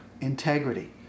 Integrity